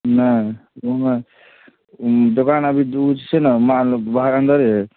नहि नहि दोकान आगु दूध छै ना माल बाहर अन्दरे अइ